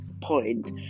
point